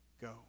go